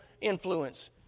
influence